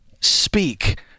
speak